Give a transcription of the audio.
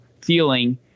feeling